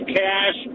cash